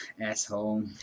asshole